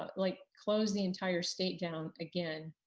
um like close the entire state down again,